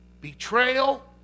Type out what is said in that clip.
betrayal